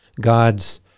God's